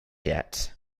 yet